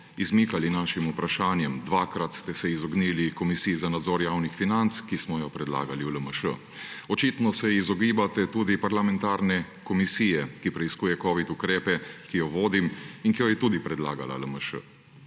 izmikali našim vprašanjem. Dvakrat ste se izognili Komisiji za nadzor javnih financ, ki smo jo predlagali v LMŠ. Očitno se izogibate tudi parlamentarne komisije, ki preiskuje covid ukrepe, ki jo vodim in jo je tudi predlagala LMŠ.